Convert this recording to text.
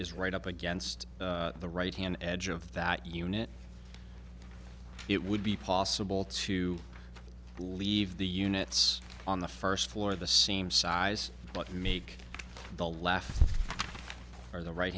is right up against the right hand edge of that unit it would be possible to leave the units on the first floor of the same size but make the left or the right